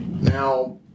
Now